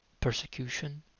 persecution